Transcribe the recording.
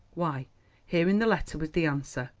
why here in the letter was the answer!